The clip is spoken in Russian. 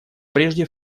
прежде